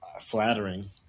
flattering